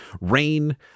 rain